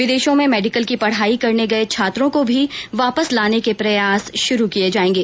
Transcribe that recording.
विदेशों में मेडिकल की पढाई करने गये छात्रों को भी वापस लाने के प्रयास किये जाएंगे